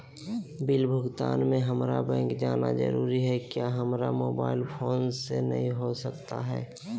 Bill भुगतान में हम्मारा बैंक जाना जरूर है क्या हमारा मोबाइल फोन से नहीं हो सकता है?